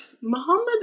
Muhammad